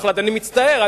אני מצטער,